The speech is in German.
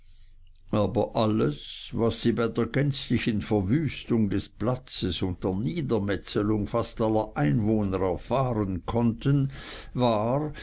aber alles was sie bei der gänzlichen verwüstung des platzes und der niedermetzelung fast aller einwohner erfahren konnten war